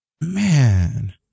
Man